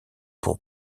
pour